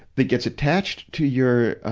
that gets attached to your, ah,